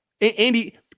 Andy